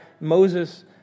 Moses